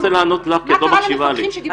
--- אני לא רוצה לענות לך כי את לא מקשיבה לי.